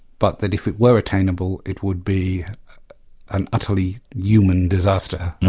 but that if it were attainable it would be an utterly human disaster.